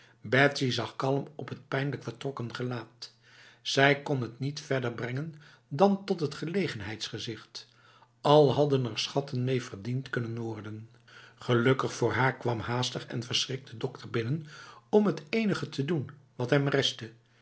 betsy zag kalm op het pijnlijk vertrokken gelaat zij kon het niet verder brengen dan tot het gelegenheidsgezicht al hadden er schatten mee verdiend kunnen worden gelukkig voor haar kwam haastig en verschrikt de dokter binnen om het enige te doen wat hem restte